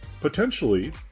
Potentially